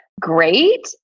great